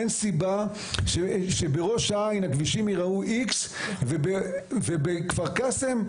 אין סיבה שבראש העין הכבישים ייראו X ובכפר קאסם,